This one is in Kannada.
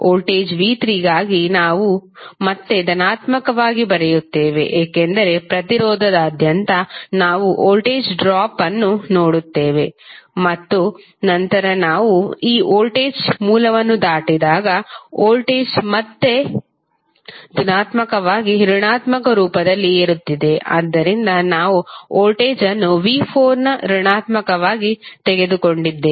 ವೋಲ್ಟೇಜ್ v3 ಗಾಗಿ ನಾವು ಮತ್ತೆ ಧನಾತ್ಮಕವಾಗಿ ಬರೆಯುತ್ತೇವೆ ಏಕೆಂದರೆ ಪ್ರತಿರೋಧದಾದ್ಯಂತ ನಾವು ವೋಲ್ಟೇಜ್ ಡ್ರಾಪ್ ಅನ್ನು ನೋಡುತ್ತೇವೆ ಮತ್ತು ನಂತರ ನಾವು ಈ ವೋಲ್ಟೇಜ್ ಮೂಲವನ್ನು ದಾಟಿದಾಗ ವೋಲ್ಟೇಜ್ ಮತ್ತೆ ಧನಾತ್ಮಕವಾಗಿ ಋಣಾತ್ಮಕ ರೂಪದಲ್ಲಿ ಏರುತ್ತಿದೆ ಆದ್ದರಿಂದ ನಾವು ವೋಲ್ಟೇಜ್ ಅನ್ನು v4 ನ ಋಣಾತ್ಮಕವಾಗಿ ತೆಗೆದುಕೊಂಡಿದ್ದೇವೆ